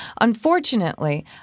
Unfortunately